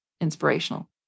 inspirational